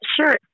sure